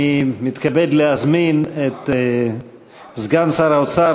אני מתכבד להזמין את סגן שר האוצר,